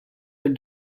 with